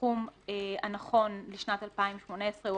הסכום הנכון לשנת 2018 הוא